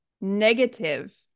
negative